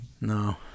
No